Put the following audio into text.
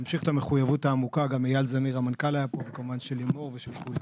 המחויבות העמוקה, גם של לימור ושל כולם.